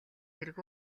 хэрэг